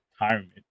retirement